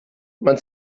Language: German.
man